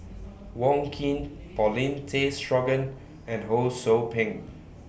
Wong Keen Paulin Tay Straughan and Ho SOU Ping